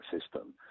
system